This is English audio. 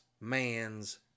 man's